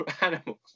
Animals